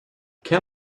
can